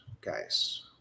guys